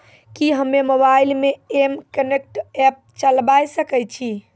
कि हम्मे मोबाइल मे एम कनेक्ट एप्प चलाबय सकै छियै?